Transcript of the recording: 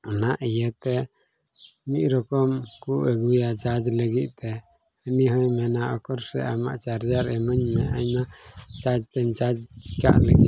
ᱚᱱᱟ ᱤᱭᱟᱹᱛᱮ ᱢᱤᱫ ᱨᱚᱠᱚᱢ ᱠᱚ ᱟᱹᱜᱩᱭᱟ ᱪᱟᱨᱡᱽ ᱞᱟᱹᱜᱤᱫ ᱛᱮ ᱩᱱᱤ ᱦᱚᱸᱭ ᱢᱮᱱᱟ ᱩᱠᱩᱨ ᱥᱮ ᱟᱢᱟᱜ ᱪᱟᱨᱡᱟᱨ ᱮᱢᱟᱧ ᱢᱮ ᱟᱭᱢᱟ ᱪᱟᱨᱡᱽ ᱛᱤᱧ ᱪᱟᱨᱡᱽ ᱠᱟᱜ ᱞᱟᱹᱜᱤᱫ